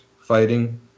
fighting